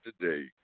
today